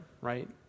right